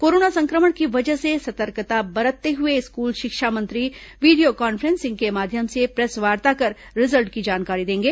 corona संक्रमण की वजह से सतर्कता बरतते हुए स्कूल शिक्षा मंत्री वीडियो कॉन्फ्रेंसिंग के माध्यम से प्रेसवार्ता कर रिजल्ट की जानकारी देंगे